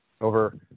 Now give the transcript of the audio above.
over